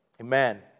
amen